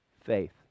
faith